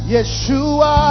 Yeshua